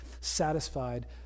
satisfied